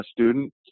student